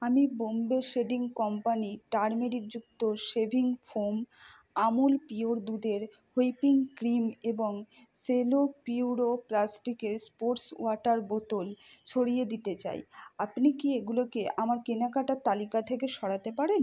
আমি Bombay shaving company টারমেরিকযুক্ত shaving foam Amul pure দুধের হুইপিং ক্রিম এবং সেলো পিউরো প্লাস্টিকের স্পোর্টস ওয়াটার বোতল সরিয়ে দিতে চাই আপনি কি এগুলোকে আমার কেনাকাটার তালিকা থেকে সরাতে পারেন